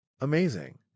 amazing